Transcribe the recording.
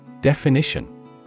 Definition